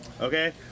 okay